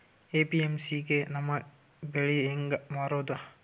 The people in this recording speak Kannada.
ಎ.ಪಿ.ಎಮ್.ಸಿ ಗೆ ನಮ್ಮ ಬೆಳಿ ಹೆಂಗ ಮಾರೊದ?